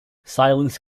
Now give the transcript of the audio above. silence